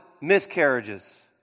miscarriages